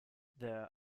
there